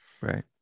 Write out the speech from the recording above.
right